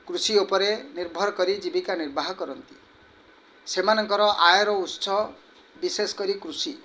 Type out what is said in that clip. କୃଷି ଉପରେ ନିର୍ଭର କରି ଜୀବିକା ନିର୍ବାହ କରନ୍ତି ସେମାନଙ୍କର ଆୟର ଉତ୍ସ ବିଶେଷ କରି କୃଷି